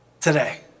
today